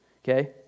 Okay